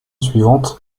suivante